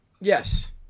Yes